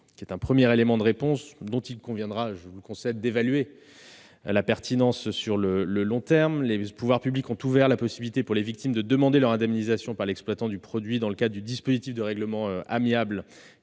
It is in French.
2016 est un premier élément de réponse, dont il conviendra, je vous le concède, d'évaluer la pertinence sur le long terme. Les pouvoirs publics ont ouvert la possibilité pour les victimes de demander leur indemnisation par l'exploitant du produit dans le cadre du dispositif de règlement amiable